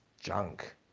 junk